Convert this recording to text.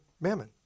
mammon